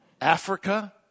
Africa